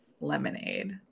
lemonade